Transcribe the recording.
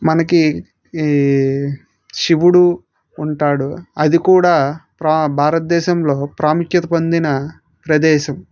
మనకి ఈ శివుడు ఉంటాడు అది కూడా ప్ర భారతదేశంలో ప్రాముఖ్యత పొందిన ప్రదేశం